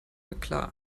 eklat